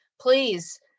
please